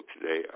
today